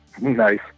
Nice